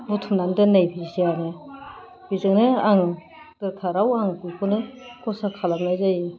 बुथुमनानै दोननाय फैसायाबो बिदिनो आं दरखाराव आं बेखौनो खरसा खालामनाय जायो